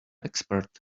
expert